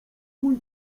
mój